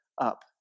up